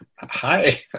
Hi